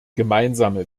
gemeinsame